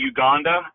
Uganda